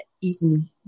eaten